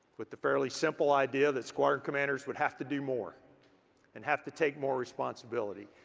with the fairly simple idea that squadron commanders would have to do more and have to take more responsibility.